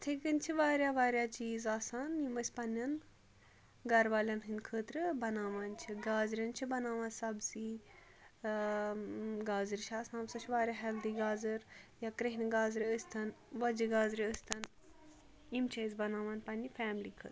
اِتھَٕے کٔنۍ چھِ واریاہ واریاہ چیٖز آسان یِم أسۍ پنٕنٮ۪ن گَر والٮ۪ن ہٕنٛدِ خٲطرٕ بَناوان چھِ گازرٮ۪ن چھِ بَناوان سبزی گازرِ چھِ آسان سۄ چھِ واریاہ ہیٚلدی گازر یا کرٛہنہِ گازرِ ٲسۍ تَن وۄجہِ گازرِ ٲسۍ تَن یِم چھِ أسۍ بَناوان پنٕنہِ فیملی خٲطرٕ